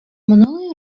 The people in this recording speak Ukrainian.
минуло